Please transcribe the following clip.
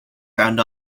found